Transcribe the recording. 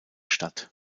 statt